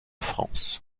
france